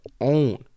own